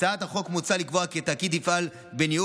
בהצעת החוק מוצע לקבוע כי התאגיד יפעל בניהול